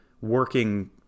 working